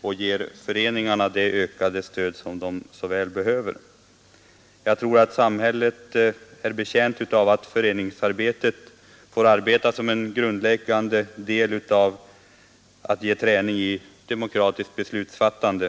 och ge föreningarna det ökade ekonomiska stöd som dessa så väl behöver. Jag tror att också samhället är betjänt av att föreningsarbetet ses som en grundläggande faktor i arbetet på att ge träning i demokratiskt beslutsfattande.